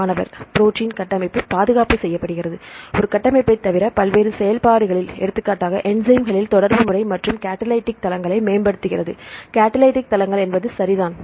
மாணவர் புரோட்டின் கட்டமைப்பு பாதுகாப்பு செய்யப்படுகிறது ஒரு கட்டமைப்பை தவிர பல்வேறு செயல்பாடுகளில் எடுத்துக்காட்டாக என்சைம்களில் தொடர்பு முறை மற்றும் காடலிடிக் தலங்களை மேம்படுத்துகிறது காடலிடிக் தளங்கள் என்பது சரிதான்